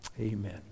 Amen